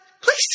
please